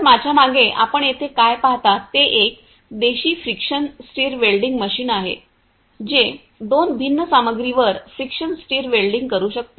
तर माझ्या मागे आपण येथे काय पाहता ते एक देशी फ्रिक्शन स्ट्रार वेल्डिंग मशीन आहे जे दोन भिन्न सामग्रीवर फ्रिक्शन स्ट्रार वेल्डिंग करू शकते